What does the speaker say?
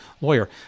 lawyer